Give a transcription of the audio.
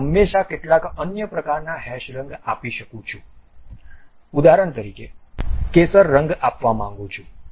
તેથી હું હંમેશાં કેટલાક અન્ય પ્રકારના હેશડ રંગ આપી શકું છું ઉદાહરણ તરીકે હું કેસર રંગ આપવા માંગું છું